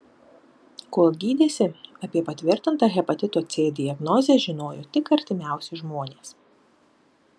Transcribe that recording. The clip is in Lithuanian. kol gydėsi apie patvirtintą hepatito c diagnozę žinojo tik artimiausi žmonės